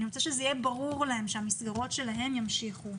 אני רוצה שיהיה ברור להם שהמסגרות שלהם ימשיכו.